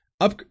Up